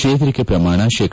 ಚೇತರಿಕೆ ಪ್ರಮಾಣ ಶೇ